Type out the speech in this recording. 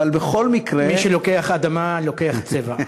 מי שלוקח אדמה לוקח צבע.